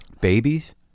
Babies